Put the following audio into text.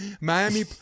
Miami